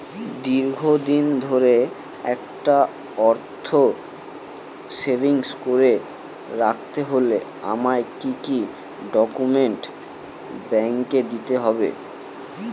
দীর্ঘদিন ধরে একটা অর্থ সেভিংস করে রাখতে হলে আমায় কি কি ডক্যুমেন্ট ব্যাংকে দিতে হবে?